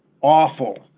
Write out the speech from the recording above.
awful